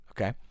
Okay